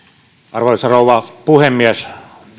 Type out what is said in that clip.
arvoisa rouva puhemies